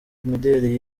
imideri